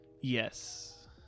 Yes